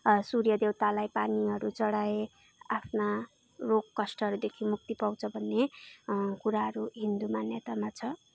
सूर्य देवतालाई पानीहरू चढाए आफ्ना रोग कष्टहरूदेखि मुक्ति पाउँछ भन्ने कुराहरू हिन्दू मान्यतामा छ